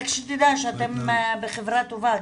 רק שתדע שאתם בחברה טובה.